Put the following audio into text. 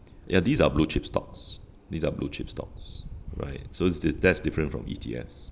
ya these are blue-chip stocks these are blue-chip stocks right so it's th~ that's different from E_T_Fs